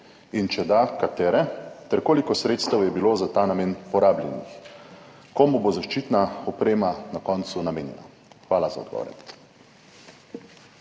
in če da, katere ter koliko sredstev je bilo za ta namen porabljenih? Komu bo zaščitna oprema na koncu namenjena? Hvala za odgovore.